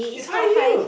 it's high heel